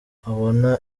abone